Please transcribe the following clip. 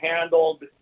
handled